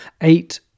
eight